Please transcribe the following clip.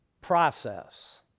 process